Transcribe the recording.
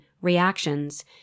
reactions